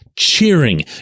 cheering